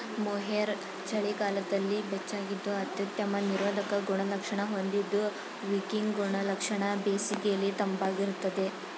mohair ಚಳಿಗಾಲದಲ್ಲಿ ಬೆಚ್ಚಗಿದ್ದು ಅತ್ಯುತ್ತಮ ನಿರೋಧಕ ಗುಣಲಕ್ಷಣ ಹೊಂದಿದ್ದು ವಿಕಿಂಗ್ ಗುಣಲಕ್ಷಣ ಬೇಸಿಗೆಲಿ ತಂಪಾಗಿರ್ತದೆ